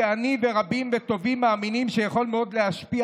שאני ורבים וטובים מאמינים שיכול מאוד להשפיע